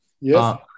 Yes